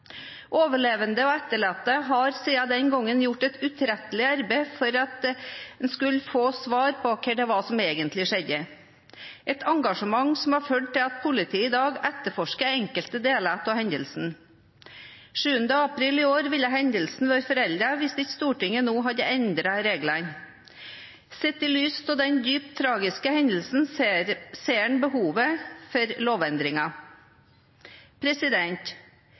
Overlevende og etterlatte har siden den gangen gjort et utrettelig arbeid for at man skulle få svar på hva det var som egentlig skjedde, et engasjement som har ført til at politiet i dag etterforsker enkelte deler av hendelsen. Den 7. april i år ville hendelsen vært foreldet, hvis ikke Stortinget nå hadde endret reglene. Sett i lys av denne dypt tragiske hendelsen ser man behovet for